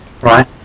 right